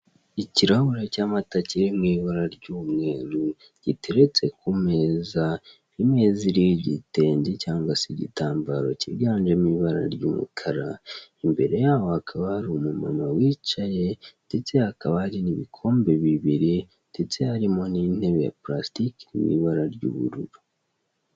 Ikirahure cy'amata kiri mu ibara ry'umweru, giteretse ku meza, imeza iriho igitenge cyangwa se igitambaro kiganjemo ibara ry'umukara, imbere y'aho hakaba hari umumama wicaye, ndetse hakaba hari n'ibikombe bibiri, ndetse harimo n'intebe ya parasitike mu ibara ry'ubururu.